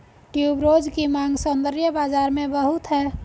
tuberose की मांग सौंदर्य बाज़ार में बहुत है